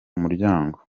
muryango